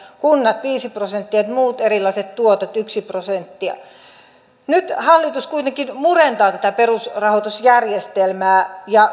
kunnat viisi prosenttia ja muut erilaiset tuotot yksi prosentti nyt hallitus kuitenkin murentaa tätä perusrahoitusjärjestelmää ja